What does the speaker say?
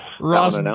Ross